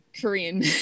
Korean